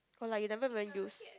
but like you never even use